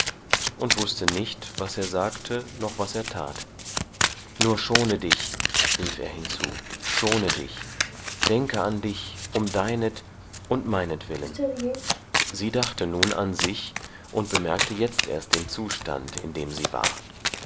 und wußte nicht was er sagte noch was er tat nur schone dich rief er hinzu schone dich denke an dich um deinet und meinetwillen sie dachte nun an sich und bemerkte jetzt erst den zustand in dem sie war